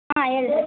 ಹಾಂ ಹೇಳ್ರಿ